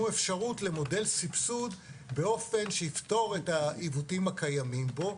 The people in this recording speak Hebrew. אפשרות למודל סבסוד באופן שיפתור את העיוותים הקיימים בו,